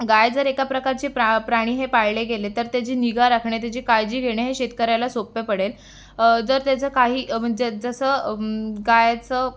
गाय जर एका प्रकारची प्रा प्राणी हे पाळले गेले तर त्याची निगा राखण्याचे जे काळजी घेणे हे शेतकऱ्याला सोपे पडेल जर त्याचं काही म्हणजे जसं गायीचं